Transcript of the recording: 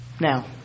Now